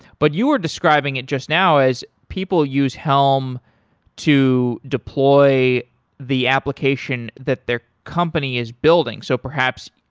but you were describing it just now as people use helm to deploy the application that their company is building. so perhaps,